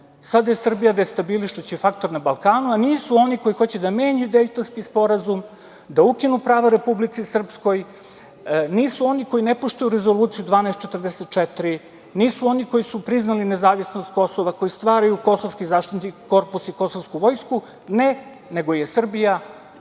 Sada je Srbija destabilišući faktor na Balkanu, a nisu oni koji hoće da menjaju Dejtonski sporazum, da ukinu prava Republici Srpskoj, nisu oni koji ne poštuju Rezoluciju 1244, nisu oni koji su priznali nezavisnost Kosova, koji stvaraju kosovski zaštitni korpus i kosovsku vojsku. Ne, nego je Srbija